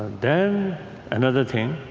then another thing,